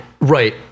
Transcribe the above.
right